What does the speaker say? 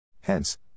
Hence